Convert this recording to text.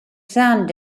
sound